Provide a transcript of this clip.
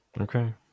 Okay